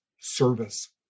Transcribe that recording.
service